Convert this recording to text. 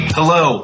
Hello